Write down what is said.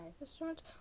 restaurant